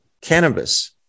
cannabis